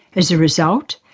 as a result,